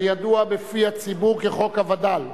הידוע בפי הציבור כחוק הווד"ל.